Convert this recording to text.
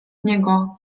niego